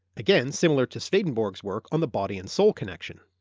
again similar to swedenborg's work on the body and soul connection.